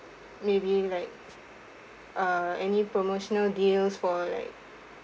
maybe like uh any promotional deals for like